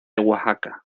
oaxaca